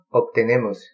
obtenemos